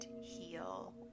heal